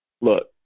look